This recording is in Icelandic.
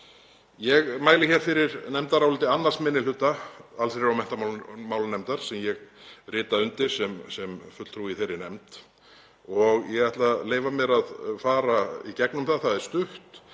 Ég mæli hér fyrir nefndaráliti 2. minni hluta allsherjar- og menntamálanefndar sem ég rita undir sem fulltrúi í þeirri nefnd. Ég ætla að leyfa mér að fara í gegnum það, það er stutt,